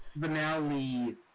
finale